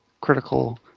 critical